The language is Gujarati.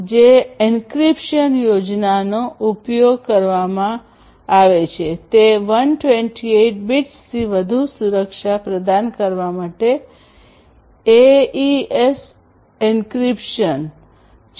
જે એન્ક્રિપ્શન યોજનાનો ઉપયોગ કરવામાં આવે છે તે 128 બિટ્સથી વધુ સુરક્ષા પ્રદાન કરવા માટે એઇએસ એન્ક્રિપ્શન છે